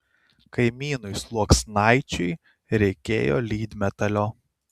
kaimynui sluoksnaičiui reikėjo lydmetalio